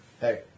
Hey